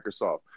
Microsoft